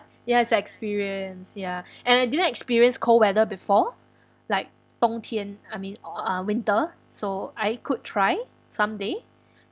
ya it's experience ya and I didn't experience cold weather before like dong tien I mean uh winter so I could try someday